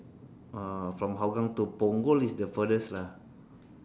uh from hougang to punggol is the furthest lah